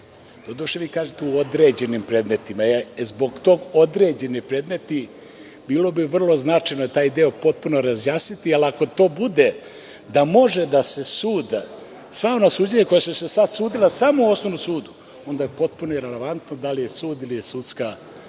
Doduše, vi kažete – u određenim predmetima. Zbog toga „određeni predmeti“, bilo bi vrlo značajno taj deo potpuno razjasniti. Jer, ako to bude da može da se sudi, sva ona suđenja koja su se do sada sudila samo u osnovnom sudu, onda je potpuno irelevantno da li je sud ili je sudska jedinica.